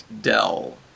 Dell